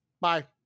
Bye